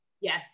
Yes